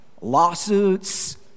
lawsuits